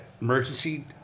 emergency